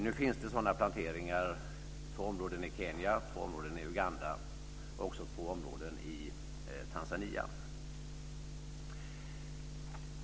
Nu finns det sådana planteringar i två områden i Kenya, i två områden i Uganda men också i två områden i Tanzania.